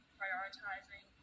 prioritizing